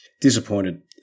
disappointed